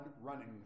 running